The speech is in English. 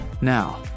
now